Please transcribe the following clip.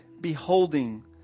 beholding